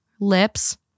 lips